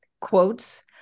quotes